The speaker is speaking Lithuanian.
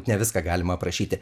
ne viską galima aprašyti